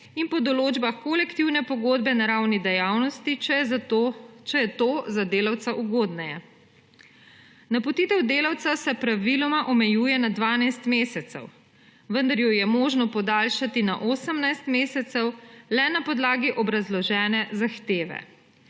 in po določbah kolektivne pogodbe na ravni dejavnosti, če je to za delavca ugodneje. Napotitev delavca se praviloma omejuje na 12 mesecev, vendar jo je možno podaljšati na 18 mesecev le na podlagi obrazložene zahteve.